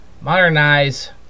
modernize